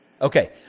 Okay